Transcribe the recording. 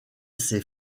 ses